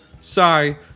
sigh